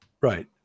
Right